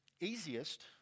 easiest